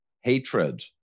hatred